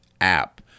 app